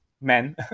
men